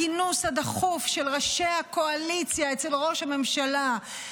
הכינוס הדחוף של ראשי הקואליציה אצל ראש הממשלה,